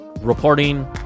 reporting